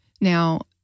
Now